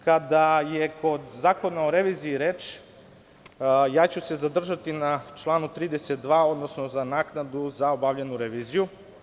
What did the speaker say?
Kada je o Zakonu o reviziji reč, zadržaću se na članu 32, odnosno na naknadi za obavljenu reviziju.